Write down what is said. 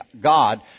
God